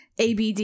ABD